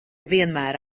vienmēr